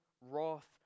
wrath